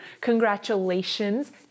Congratulations